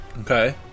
okay